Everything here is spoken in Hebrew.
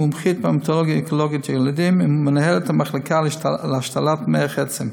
מומחית בהמטו-אונקולוגיה ילדים ומנהלת המחלקה להשתלת מוח עצם.